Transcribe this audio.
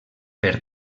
per